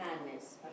kindness